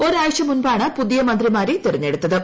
ഒരാഴ്ച മുമ്പാണ് പുതിയ മന്ത്രിമാരെ തെരഞ്ഞെടുത്തത്